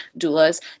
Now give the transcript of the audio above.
doulas